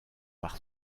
par